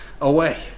away